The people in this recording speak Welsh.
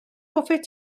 hoffet